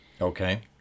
Okay